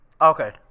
Okay